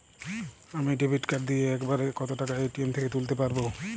আমি debit card দিয়ে এক বারে কত টাকা এ.টি.এম থেকে তুলতে পারবো?